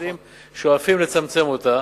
משתדלים ושואפים לצמצם אותה.